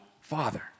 father